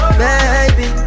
baby